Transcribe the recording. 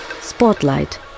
spotlight